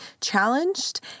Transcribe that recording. challenged